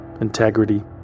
integrity